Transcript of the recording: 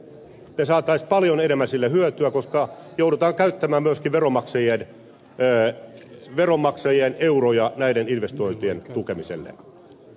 me saisimme paljon enemmän hyötyä koska joudutaan käyttämään myöskin veronmaksajien euroja näiden investointien tukemiseen